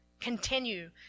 continue